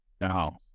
now